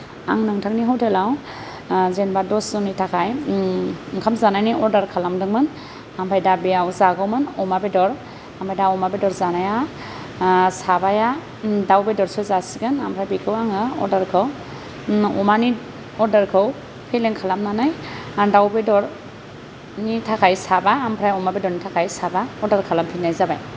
आं नोंथांनि हटेलाव जेनेबा दसजननि थाखाय ओंखाम जानायनि अर्डार खालामदोंमोन ओमफ्राय दा बेयाव जागौमोन अमा बेदर ओमफाय दा अमा बेदर जानाया साबाया दाउ बेदरसो जासिगोन ओमफ्राय बेखौ आङो अर्डारखौ अमानि अर्डारखौ फेलें खालामनानै आं दाउ बेदरनि थाखाय साबा ओमफ्राय अमा बेदरनि थाखाय साबा अर्डार खालामफिननाय जाबाय